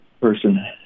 person